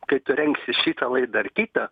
kai tu rengsi šitą laidą ar kitą